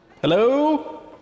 Hello